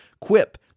quip